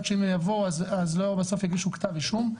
שאם הן יבואו אז בסוף לא יגישו כתב אישום,